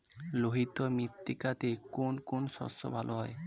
লোহিত মৃত্তিকাতে কোন কোন শস্য ভালো হয়?